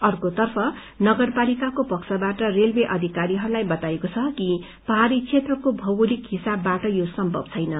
अर्कोतर्फ नगरपालिकाको पक्षबाट रेलवे अधिकारीहरूलाई बताइएको छ कि पहाड़ी क्षेत्रको भौगोलिक हिसाबबाट यो सम्भव छैन